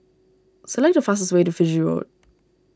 select the fastest way to Fiji Road